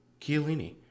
Chiellini